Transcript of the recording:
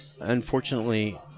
unfortunately